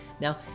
now